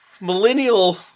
millennial